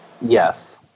Yes